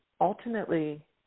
ultimately